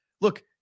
Look